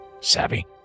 Savvy